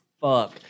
fuck